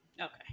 Okay